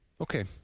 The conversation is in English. Okay